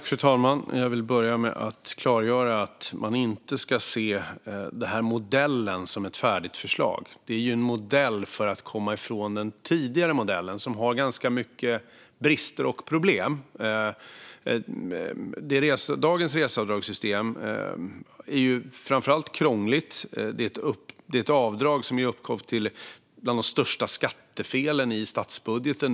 Fru talman! Till att börja med vill jag klargöra att man inte ska se den här modellen som ett färdigt förslag. Det är en modell för att komma ifrån den tidigare modellen som har många brister och problem. Dagens reseavdragssystem är framför allt krångligt. Det är ett av de avdrag som ger upphov till de största skattefelen i statsbudgeten.